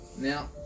Now